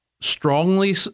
strongly